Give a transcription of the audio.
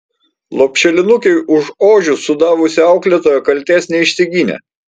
lopšelinukei už ožius sudavusi auklėtoja kaltės neišsigynė